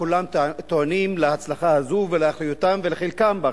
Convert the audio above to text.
כולם טוענים להצלחה הזאת ולאחריותם ולחלקם באחריות.